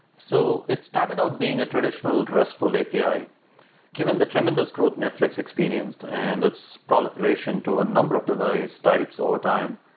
so it started out being a traditional restful api. given given the tremendous growth netflix experienced and its proliferation to a number of device types overtime,